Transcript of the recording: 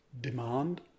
Demand